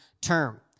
term